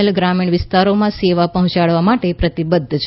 L ગ્રામિણ વિસ્તારોમાં સેવાઓ પહોંચાડવા માટે પ્રતિબધ્ધ છે